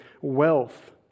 wealth